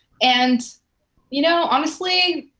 and you know, honestly,